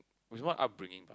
which one upbringing bah